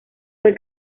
fue